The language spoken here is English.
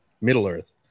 Middle-earth